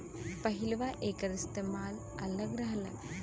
पहिलवां एकर इस्तेमाल अलग रहल